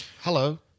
hello